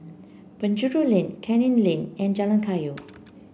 Penjuru Lane Canning Lane and Jalan Kayu